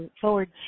forward